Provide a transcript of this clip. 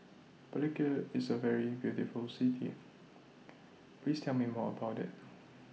Palikir IS A very beautiful City Please Tell Me More about IT